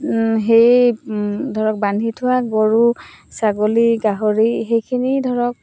সেই ধৰক বান্ধি থোৱা গৰু ছাগলী গাহৰি সেইখিনি ধৰক